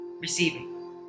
receiving